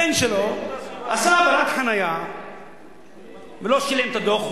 הבן שלו עשה עבירת חנייה ולא שילם את הדוח.